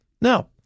Now